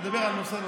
לדבר על נושא נוסף.